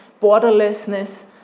borderlessness